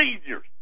seniors